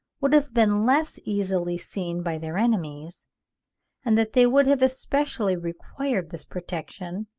would have been less easily seen by their enemies and that they would have especially required this protection,